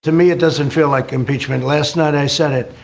to me, it doesn't feel like impeachment. last night i said it.